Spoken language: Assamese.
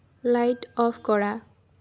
লাইট অফ কৰা